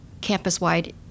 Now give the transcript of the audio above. campus-wide